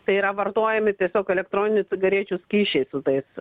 tai yra vartojami tiesiog elektroninių cigarečių skysčiai su tais